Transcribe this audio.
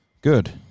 Good